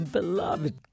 beloved